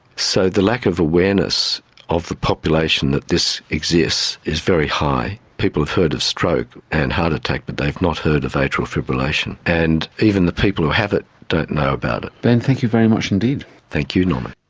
so the lack of awareness of the population that this exists is very high. people have heard of stroke and heart attack but they've not heard of atrial fibrillation. and even the people who have it don't know about it. ben, thank you very much indeed. thank you norman.